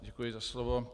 Děkuji za slovo.